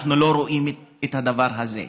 אנחנו לא רואים את הדבר הזה.